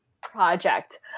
project